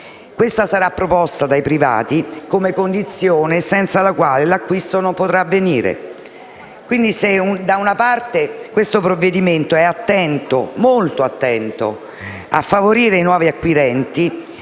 che sarà proposta dai privati come condizione senza la quale l'acquisto non potrà avvenire. Quindi, se da una parte il provvedimento in esame è attento, molto attento, a favorire i nuovi acquirenti